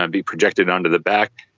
um be projected onto the back,